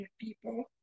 people